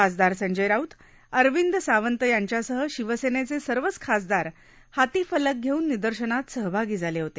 खासदार संजय राऊत अरविंद सावंत यांच्यासह शिवसेनेचे सर्वच खासदार हाती फलक घेऊन निदर्शनात सहभागी झाले होते